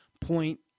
point